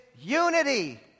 unity